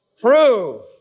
Prove